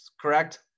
correct